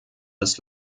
des